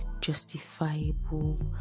justifiable